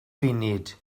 funud